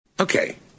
Okay